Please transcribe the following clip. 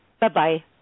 Bye-bye